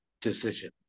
decision